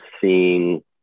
seeing